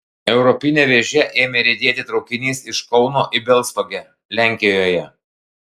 europine vėže ėmė riedėti traukinys iš kauno į balstogę lenkijoje